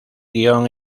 guion